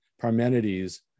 Parmenides